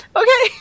okay